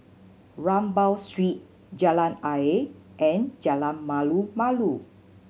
Rambau Street Jalan Ayer and Jalan Malu Malu